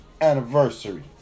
anniversary